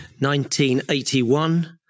1981